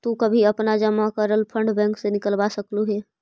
तु कभी अपना जमा करल फंड बैंक से निकलवा सकलू हे